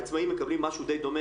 העצמאים מקבלים משהו דיי דומה.